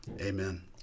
Amen